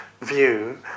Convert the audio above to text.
view